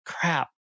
Crap